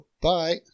Bye